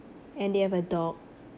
and they have a dog